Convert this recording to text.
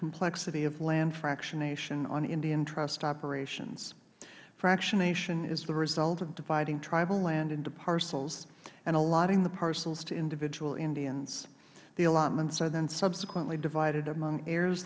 complexity of land fractionation on indian trust operations fractionation is the result of dividing tribal land into parcels and allotting the parcels to individual indians the allotments are then subsequently divided among heirs